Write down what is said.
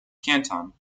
canton